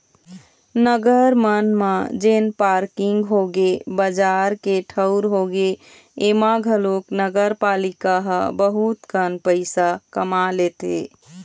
नगर मन म जेन पारकिंग होगे, बजार के ठऊर होगे, ऐमा घलोक नगरपालिका ह बहुत कन पइसा कमा लेथे